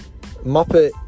Muppet